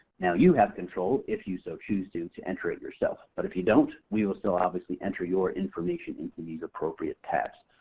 now you have control, if you so choose to, to enter it yourself. but if you don't we will still obviously enter your information into these appropriate tabs.